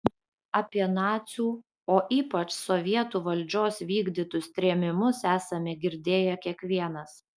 apie nacių o ypač sovietų valdžios vykdytus trėmimus esame girdėję kiekvienas